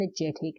energetic